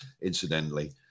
incidentally